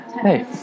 Hey